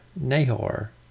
Nahor